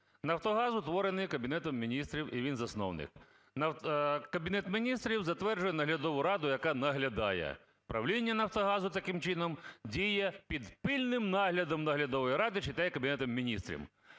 "Нафтогаз" утворений Кабінетом Міністрів, і він засновник. Кабінет Міністрів затверджує наглядову раду, яка наглядає. Правління "Нафтогазу" таким чином діє під пильним наглядом наглядової ради, читай Кабінету Міністрів.